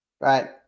right